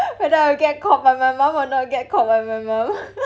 whether I'll get caught by my mum or not get caught by my mum